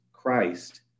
Christ